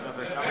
זה ברל כצנלסון.